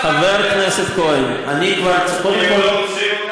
הם לא רוצים אותך,